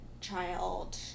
child